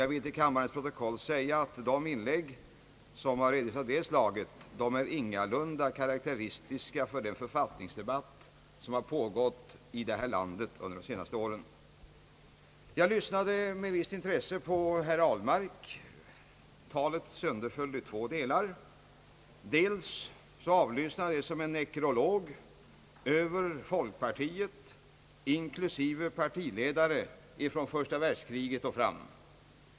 Jag vill till dagens protokoll anföra, att de inlägg som varit av detta slag ingalunda är karakteristiska för den författningsdebatt, som har pågått här i landet under de senaste åren. Jag lyssnade med visst intresse till herr Ahlmark. Hans anförande sönderföll i två delar. Den första delen innehöll något av en nekrolog över folkpartiet inklusive dess partiledares agerande från första världskriget och framåt.